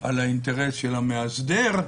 על האינטרס של המאסדר,